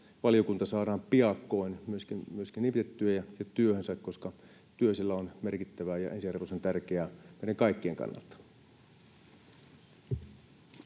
valiokunta saadaan piakkoin nimitettyä ja työhönsä, koska työ siellä on merkittävää ja ensiarvoisen tärkeää meidän kaikkien kannalta.